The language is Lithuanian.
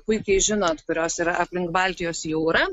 puikiai žinot kurios yra aplink baltijos jūrą